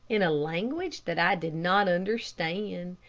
in a language that i did not understand.